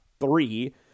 three